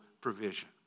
provision